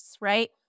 right